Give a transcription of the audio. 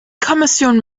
kommission